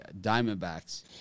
Diamondbacks